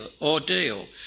ordeal